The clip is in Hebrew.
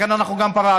לכן אנחנו פרשנו,